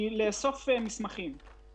כי לאסוף מסמכים,